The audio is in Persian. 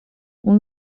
اون